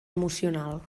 emocional